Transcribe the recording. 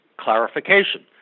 clarification